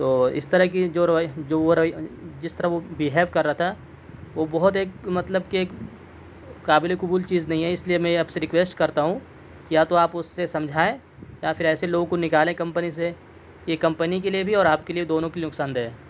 تو اس طرح کی جو رویہ جو وہ رویہ جس طرح وہ بیہیو کر رہا تھا وہ بہت ایک مطلب کہ ایک قابل قبول چیز نہیں ہے اس لیے میں یہ آپ سے ریکویسٹ کرتا ہوں کہ یا تو آپ اس سے سمجھائیں یا پھر ایسے لوگوں کو نکالیں کمپنی سے یہ کمپنی کے لیے بھی اور آپ کے لیے دونوں کے لیے نقصاندہ ہے